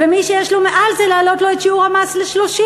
ומי שיש לו מעל זה להעלות לו את שיעור המס ל-30%.